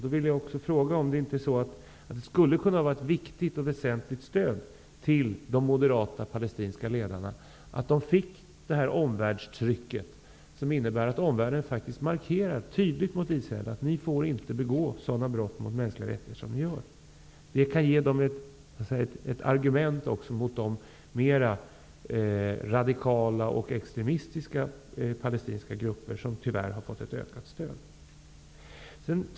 Då vill jag också fråga om det inte skulle kunna vara ett viktigt och väsentligt stöd till de moderata palestinska ledarna att åstadkomma det omvärldstryck som innebär att omvärlden faktiskt tydligt markerar mot Israel att Israel inte får begå sådana brott mot mänskliga rättigheter som staten gör. Det kan ge de moderata palestinska ledarna ett argument mot de mer radikala och extremistiska palestinska grupperna, som tyvärr har fått ett ökat stöd.